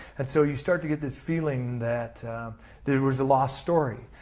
and so you start to get this feeling that there was a lost story.